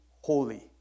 holy